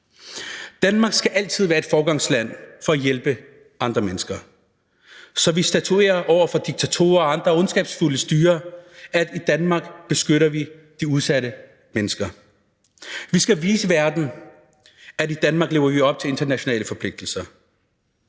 Danmark skal altid være et foregangsland i forhold til at hjælpe andre mennesker, så vi over for diktatorer og ondskabsfulde styrer statuerer et eksempel og viser, at i Danmark støtter vi de udsatte mennesker. Vi skal vise verden, at i Danmark lever vi op til internationale forpligtelser.